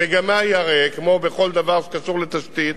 המגמה היא, הרי, כמו בכל דבר שקשור לתשתית,